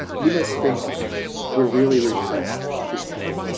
you must think we're really repressed, she said.